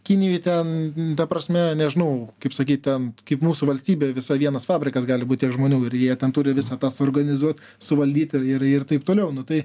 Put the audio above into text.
kinijoj ten ta prasme nežinau kaip sakyt ten kaip mūsų valstybė visa vienas fabrikas gali būt tiek žmonių ir jie ten turi visą tą suorganizuot suvaldyt ir ir ir taip toliau nu tai